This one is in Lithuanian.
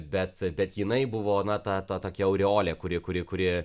bet bet jinai buvo na ta ta tokia aureolė kuri kuri kuri